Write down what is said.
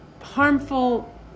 harmful